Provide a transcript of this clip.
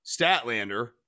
Statlander